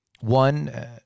One